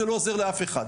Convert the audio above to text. זה לא עוזר לאף אחד.